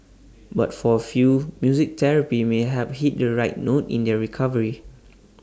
but for A few music therapy may help hit the right note in their recovery